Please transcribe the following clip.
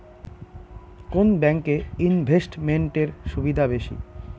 কোন ব্যাংক এ ইনভেস্টমেন্ট এর সুবিধা বেশি?